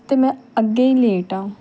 ਅਤੇ ਮੈਂ ਅੱਗੇ ਹੀ ਲੇਟ ਹਾਂ